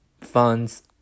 funds